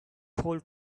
whole